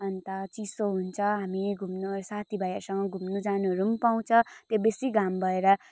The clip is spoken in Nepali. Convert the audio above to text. अन्त चिसो हुन्छ हामी घुम्नु साथीभाइहरूसँग घुम्नु जानुहरू पनि पाउँछ त्यहाँ बेसी घम भएर